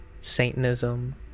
Satanism